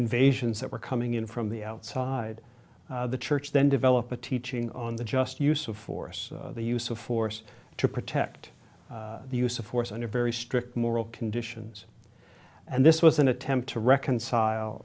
invasions that were coming in from the outside the church then develop a teaching on the just use of force the use of force to protect the use of force under very strict moral conditions and this was an attempt to